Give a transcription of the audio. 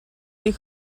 you